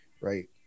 right